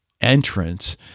entrance